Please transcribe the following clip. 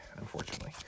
unfortunately